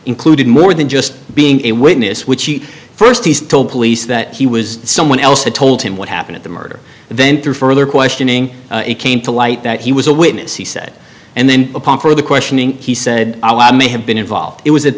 included more than just being a witness which he first told police that he was someone else had told him what happened at the murder then through further questioning it came to light that he was a witness he said and then upon further questioning he said oh i may have been involved it was at